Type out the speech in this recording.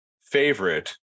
favorite